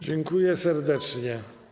Dziękuję serdecznie.